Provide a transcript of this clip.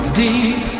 deep